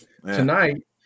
Tonight